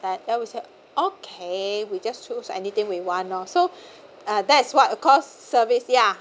that then we said okay we just choose anything we want oh so uh that's what of course service ya